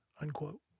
unquote